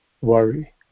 worry